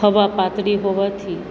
હવા પાતળી હોવાથી